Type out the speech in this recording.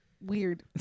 weird